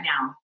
now